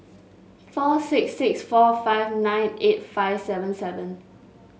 four six six four five nine eight five seven seven